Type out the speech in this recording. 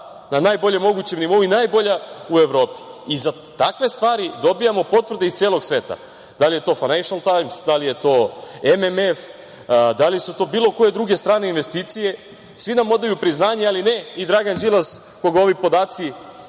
na najboljem mogućem nivou i najbolja u Evropi i za takve stvari dobijamo potvrde iz celog sveta. Da li je to Fajnenšel tajms, da li je to MMF, da li su to bilo koje druge strane investicije, svi nam odaju priznanje, ali ne i Dragan Đilas, koga ove podaci